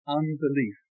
unbelief